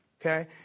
okay